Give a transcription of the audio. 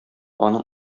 аның